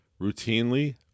routinely